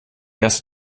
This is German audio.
erste